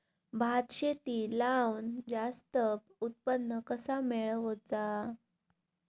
भात शेती लावण जास्त उत्पन्न कसा मेळवचा?